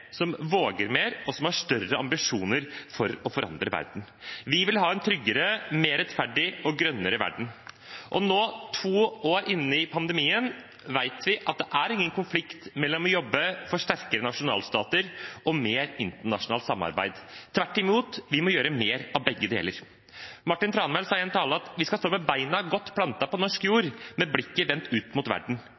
som våger mer, og som har større ambisjoner for å forandre verden. Vi vil ha en tryggere, mer rettferdig og grønnere verden. Nå, to år inne i pandemien, vet vi at det er ingen konflikt mellom å jobbe for sterkere nasjonalstater og for mer internasjonalt samarbeid. Tvert imot, vi må gjøre mer av begge deler. Martin Tranmæl sa i en tale at vi skal stå med beina godt plantet på norsk jord, med blikket vendt ut mot verden.